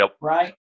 right